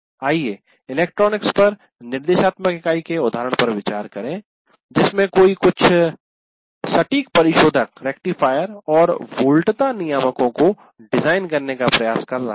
आइए इलेक्ट्रॉनिक्स पर निर्देशात्मक इकाई के उदाहरण पर विचार करें जिसमें कोई कुछ सटीक परिशोधक रेक्टिफायर और वोल्टता नियामकों को डिजाइन करने का प्रयास कर रहा है